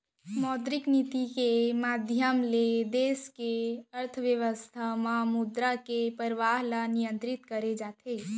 मौद्रिक नीति के माधियम ले देस के अर्थबेवस्था म मुद्रा के परवाह ल नियंतरित करे जाथे